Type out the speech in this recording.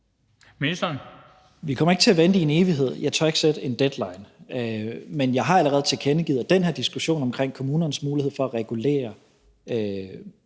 Tesfaye): Vi kommer ikke til at vente i en evighed. Jeg tør ikke sætte en deadline, men jeg har allerede tilkendegivet den her diskussion omkring kommunernes mulighed for at regulere